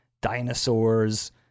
dinosaurs